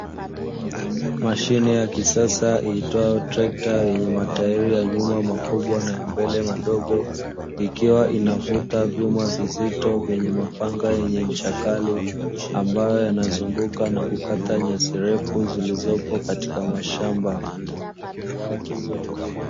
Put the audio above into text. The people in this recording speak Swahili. Mashine ya kisasa iitwayo trekta yenye matairi ya nyuma makubwa na ya mbele madogo, ikiwa inavuta vyuma vizito vyenye mapanga yenye ncha kali, ambayo yanazunguka na kukata nyasi refu zilizopo katika mashamba.